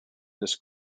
this